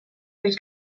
del